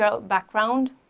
background